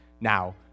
now